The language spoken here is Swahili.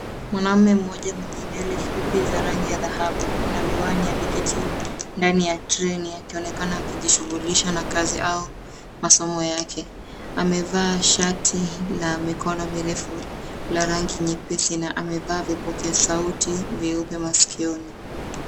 Mwanamme mmoja mwenye nywele fupi za rangi ya dhahabu na mewani ameketi ndani ya treni akionekana akijishughulisha na kazi au masomo yake. Amevaa shati la mikono mirefu la rangi nyepesi na amevaa vipokea sauti vyeupe maskioni.